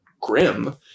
grim